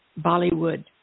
Bollywood